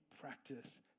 practice